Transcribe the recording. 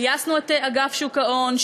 גייסנו את אגף שוק ההון,